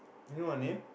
you know her name